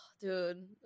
dude